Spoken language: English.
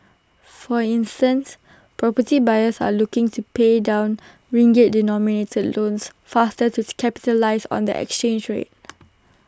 for instance property buyers are looking to pay down ringgit denominated loans faster to capitalise on the exchange rate